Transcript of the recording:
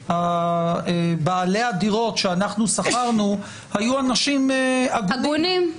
בעלי הדירות שמהם שכרנו היו אנשים הגונים.